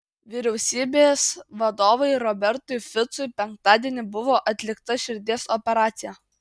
vyriausybės vadovui robertui ficui penktadienį buvo atlikta širdies operacija